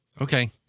Okay